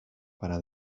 para